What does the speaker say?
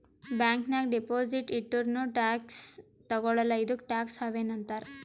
bank ನಾಗ್ deposit ಇಟ್ಟುರ್ನೂ tax ತಗೊಳಲ್ಲ ಇದ್ದುಕೆ ಟ್ಯಾಕ್ಸ್ ಹವೆನ್ ಅಂತಾರ್